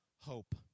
hope